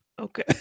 Okay